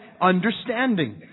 understanding